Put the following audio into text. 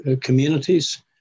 communities